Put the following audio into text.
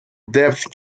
depth